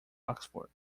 oxford